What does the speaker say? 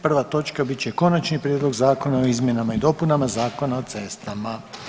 Prva točka bit će Konačni prijedlog Zakona o izmjenama i dopunama Zakona o cestama.